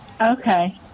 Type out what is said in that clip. Okay